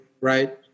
right